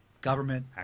government